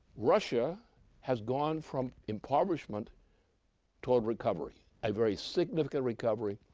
russia has gone from impoverishment toward recovery, a very significant recovery,